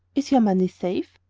is your money safe?